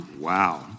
Wow